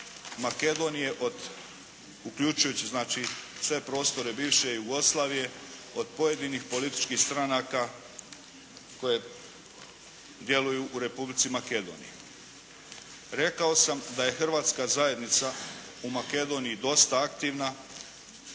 Makedonije uključujući znači sve prostore bivše Jugoslavije od pojedinih političkih stranaka koje djeluju u Republici Makedoniji. Rekao sam da je hrvatska zajednica u Makedoniji dosta aktivna